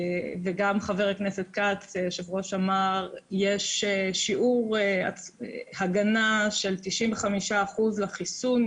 וגם חבר הכנסת כץ היושב-ראש אמר שיש שיעור הגנה של 95% לחיסון,